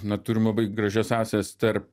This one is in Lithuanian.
na turim labai gražias sąsajas tarp